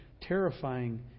terrifying